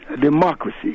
democracy